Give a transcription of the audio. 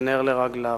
ונר לרגליו.